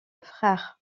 frères